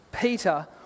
Peter